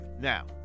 Now